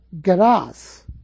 grass